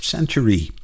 Century